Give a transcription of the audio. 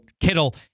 Kittle